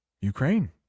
ukraine